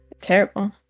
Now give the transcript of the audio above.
terrible